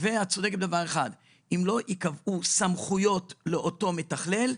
את צודקת בדבר אחד: אם לא ייקבעו סמכויות לאותו מתכלל,